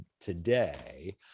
today